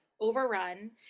overrun